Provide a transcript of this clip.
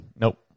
Nope